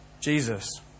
Jesus